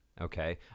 okay